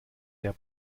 der